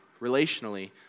relationally